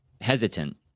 hesitant